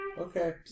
Okay